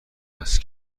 است